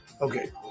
Okay